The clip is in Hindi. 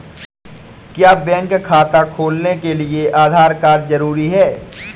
क्या बैंक खाता खोलने के लिए आधार कार्ड जरूरी है?